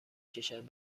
کشد